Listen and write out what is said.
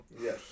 Yes